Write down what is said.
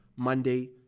Monday